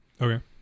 Okay